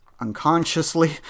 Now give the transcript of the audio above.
unconsciously